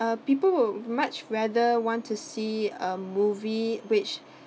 uh people would much rather want to see a movie which